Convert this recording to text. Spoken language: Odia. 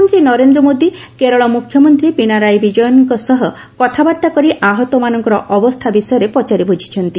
ପ୍ରଧାନମନ୍ତ୍ରୀ ନରେନ୍ଦ୍ର ମୋଦୀ କେରଳ ମୁଖ୍ୟମନ୍ତ୍ରୀ ପିନାରାଇ ବିଜୟନ୍ଙ୍କ ସହ କଥାବାର୍ତ୍ତା କରି ଆହତମାନଙ୍କ ଅବସ୍ଥା ବିଷୟରେ ପଚାରି ବୁଝି ଚ୍ଛନ୍ତି